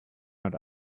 not